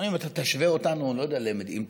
אם אתה תשווה אותנו לוונצואלה,